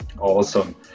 Awesome